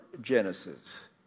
Genesis